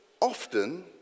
often